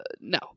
no